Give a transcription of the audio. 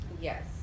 Yes